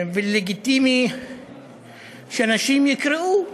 ולגיטימי שאנשים יקראו